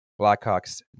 Blackhawks